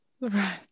Right